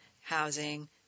housing